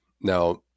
now